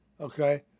Okay